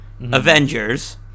Avengers